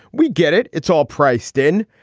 we get it. it's all priced in.